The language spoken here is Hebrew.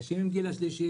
אנשים מן הגיל השלישי.